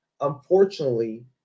unfortunately